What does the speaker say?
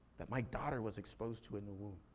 that my daughter was exposed to in the womb.